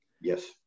Yes